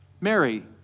Mary